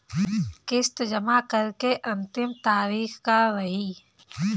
किस्त जमा करे के अंतिम तारीख का रही?